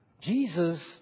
Jesus